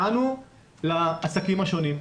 לעסקים השונים.